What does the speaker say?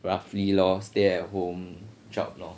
roughly lor stay at home job lor